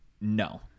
No